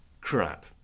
crap